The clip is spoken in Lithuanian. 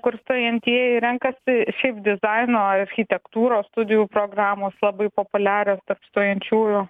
kur stojantieji renkasi šiaip dizaino architektūros studijų programos labai populiarios tarp stojančiųjų